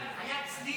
היה צליל של התנגדות.